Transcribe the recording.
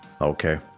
Okay